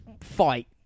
fight